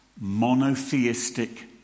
monotheistic